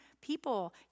people